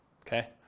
Okay